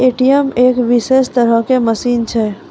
ATM एक विशेष तरहो के मशीन छै